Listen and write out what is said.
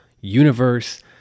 universe